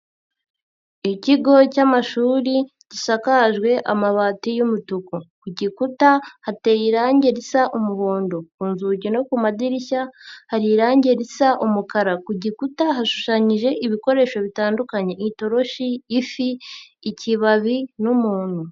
Ikigo cy'amashuri gisakajwe amabati y'umutuku, ku gikuta hateye irangi risa umuhondo, ku nzugi no ku madirishya hari irangi risa umukara, ku gikuta hashushanyije ibikoresho bitandukanye: itoroshi, ifi, ikibabi n'umuntu.